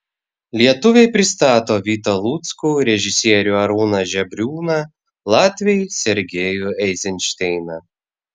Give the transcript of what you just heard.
lietuviai pristato vitą luckų režisierių arūną žebriūną latviai sergejų eizenšteiną